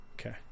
Okay